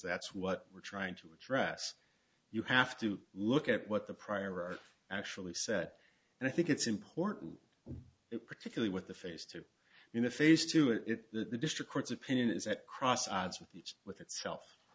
that's what we're trying to address you have to look at what the prior art actually said and i think it's important particularly with the face to face to it that the district court's opinion is at cross odds with each with itself